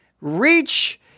reach